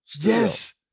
Yes